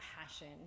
passion